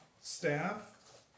staff